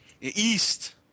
East